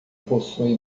possui